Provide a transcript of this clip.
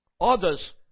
others